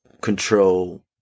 control